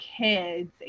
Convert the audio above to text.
kids